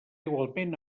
igualment